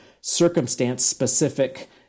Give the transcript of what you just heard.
circumstance-specific